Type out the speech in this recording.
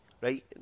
right